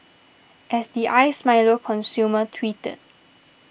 as the Iced Milo consumer tweeted